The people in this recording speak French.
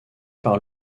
par